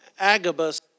Agabus